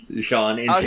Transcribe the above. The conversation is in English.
Sean